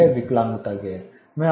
एक विकलांगता ग्लेर है